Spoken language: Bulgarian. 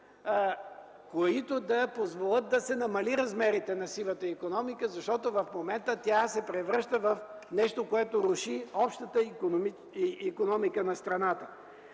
които да позволят да се намалят размерите на сивата икономика, защото в момента тя се превръща в нещо, което руши общата икономика на страната.